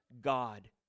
God